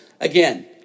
Again